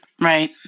Right